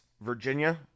Virginia